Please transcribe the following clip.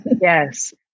Yes